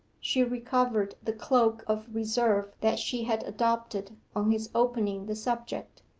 she recovered the cloak of reserve that she had adopted on his opening the subject.